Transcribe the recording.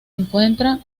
encuentra